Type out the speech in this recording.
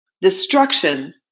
destruction